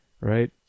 right